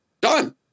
Done